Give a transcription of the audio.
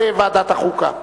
החוקה,